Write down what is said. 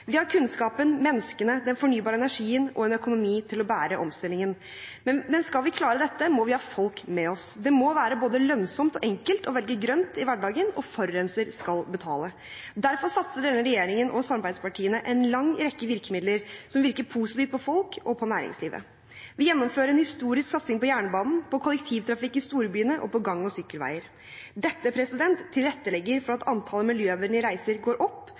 Vi har kunnskapen, menneskene, den fornybare energien og en økonomi til å bære omstillingen. Men skal vi klare dette, må vi ha folk med oss. Det må være både lønnsomt og enkelt å velge grønt i hverdagen, og forurenser skal betale. Derfor satser denne regjeringen og samarbeidspartiene på en lang rekke virkemidler som virker positivt på folk og på næringslivet. Vi gjennomfører en historisk satsing på jernbanen, på kollektivtrafikk i storbyene og på gang- og sykkelveier. Dette tilrettelegger for at antallet miljøvennlige reiser går opp,